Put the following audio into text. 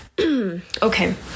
Okay